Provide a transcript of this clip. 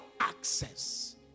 access